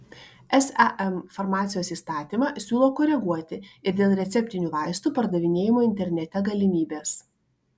sam farmacijos įstatymą siūlo koreguoti ir dėl receptinių vaistų pardavinėjimo internete galimybės